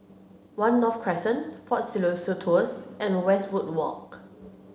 One North Crescent Fort Siloso Tours and Westwood Walk